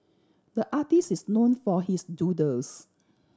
the artist is known for his doodles